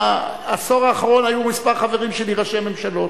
ובעשור האחרון היו כמה חברים שלי ראשי ממשלות,